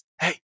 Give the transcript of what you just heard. hey